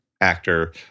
actor